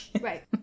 right